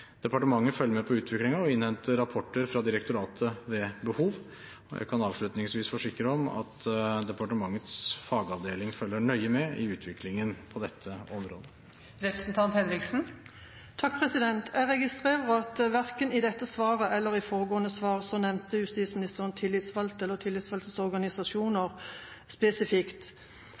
Departementet følger med på utviklingen og innhenter rapporter fra direktoratet ved behov. Jeg kan avslutningsvis forsikre om at departementets fagavdeling følger nøye med i utviklingen på dette området. Jeg registrerer at verken i dette svaret eller i foregående svar til meg nevnte justisministeren tillitsvalgte eller tillitsvalgtes organisasjoner spesifikt.